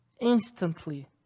instantly